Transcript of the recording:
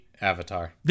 Avatar